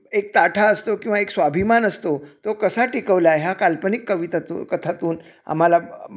एक ताठा असतो किंवा एक स्वाभिमान असतो तो कसा टिकवला आहे ह्या काल्पनिक कवितातून कथातून आम्हाला